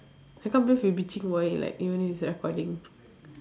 I can't believe we bitching about him like when it's recording